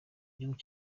igihugu